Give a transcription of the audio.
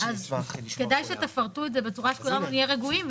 כדאי שתפרטו את זה בצורה שכולנו נהיה רגועים.